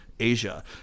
Asia